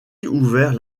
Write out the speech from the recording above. ouvert